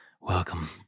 Welcome